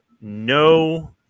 no